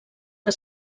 que